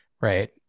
right